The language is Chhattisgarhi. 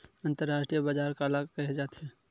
अंतरराष्ट्रीय बजार काला कहे जाथे?